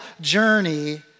journey